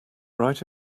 right